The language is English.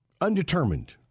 undetermined